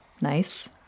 Nice